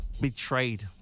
betrayed